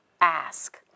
Ask